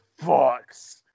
fucks